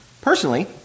Personally